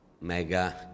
mega